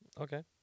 Okay